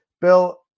Bill